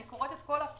אני קוראת את כל הפוסטים.